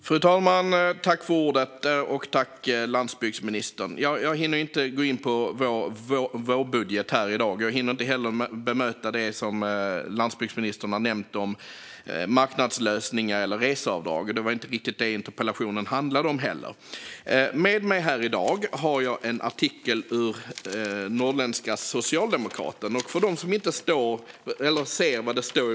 Fru talman! Jag tackar landsbygdsministern för detta. Jag hinner inte här gå in på vår vårbudget. Jag hinner inte heller bemöta det som landsbygdsministern har nämnt om marknadslösningar eller reseavdrag. Det var inte heller riktigt det som interpellationen handlade om. Jag har en artikel från Norrländska Socialdemokraten med mig här i dag.